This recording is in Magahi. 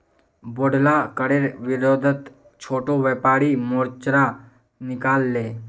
बोढ़ला करेर विरोधत छोटो व्यापारी मोर्चा निकला ले